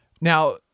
now